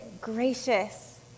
gracious